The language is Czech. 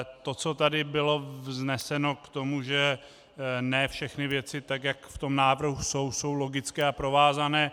To, co tady bylo vzneseno k tomu, že ne všechny věci, tak jak v tom návrhu jsou, jsou logické a provázané.